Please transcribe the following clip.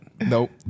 Nope